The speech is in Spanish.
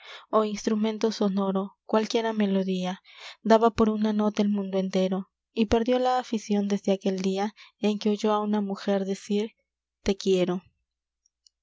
ó instrumento sonoro cualquiera melodía daba por una nota el mundo entero y perdió la aficion desde aquel dia en que oyó á una mujer decir te quiero